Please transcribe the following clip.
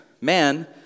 man